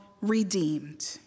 redeemed